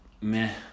Meh